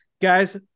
guys